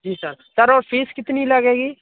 जी sir sir वो fees कितनी लगेगी